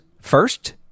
First